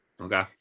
Okay